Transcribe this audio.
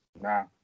nah